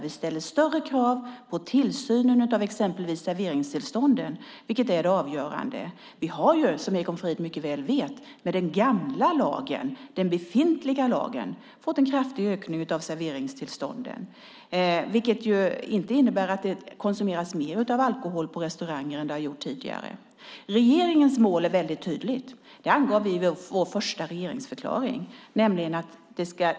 Vi ställer större krav på tillsynen av exempelvis serveringstillstånden, vilket är avgörande. Med den befintliga lagen har vi ju, som Egon Frid mycket väl vet, fått en kraftig ökning av serveringstillstånden. Det innebär inte att det konsumeras mer alkohol än tidigare på restauranger. Regeringens mål är väldigt tydligt. Det angav vi i vår första regeringsförklaring.